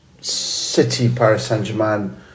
City-Paris-Saint-Germain